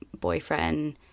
boyfriend